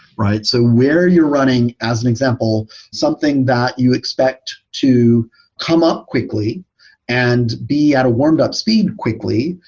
right? so where you're running as an example, something that you expect to come up quickly and be at a warmed up speed quickly,